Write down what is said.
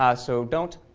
ah so don't.